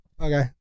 Okay